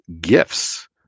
gifts